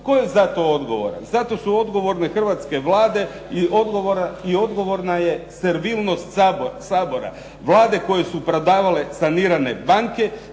Tko je za to odgovoran? Za to su odgovorne hrvatske Vlade i odgovorna je servilnost Sabora. Vlade koje su prodavale sanirane banke